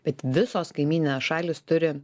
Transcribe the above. bet visos kaimyninės šalys turi